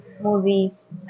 movies